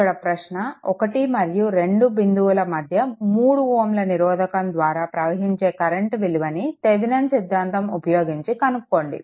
ఇక్కడ ప్రశ్న 1 మరియు 2 బిందువుల మధ్య మూడు Ω నిరోధకం ద్వారా ప్రవహించే కరెంట్ విలువని థెవెనిన్ సిద్ధాంతాన్ని ఉపయోగించి కనుక్కోండి